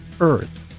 Earth